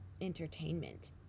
entertainment